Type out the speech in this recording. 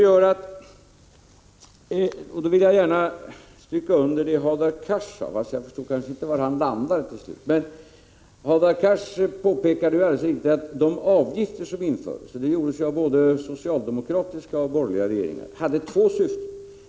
Jag vill gärna stryka under det som Hadar Cars sade, trots att jag inte förstod var han slutligen landade. Han påpekade alldeles riktigt att de avgifter som infördes — både av socialdemokratiska och av borgerliga regeringar — hade två syften.